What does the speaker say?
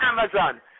Amazon